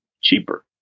cheaper